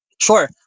Sure